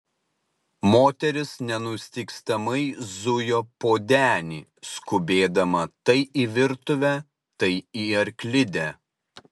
moteris nenustygstamai zujo po denį skubėdama tai į virtuvę tai į arklidę